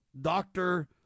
Doctor